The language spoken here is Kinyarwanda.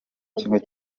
kimwe